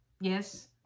yes